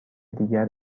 دیگر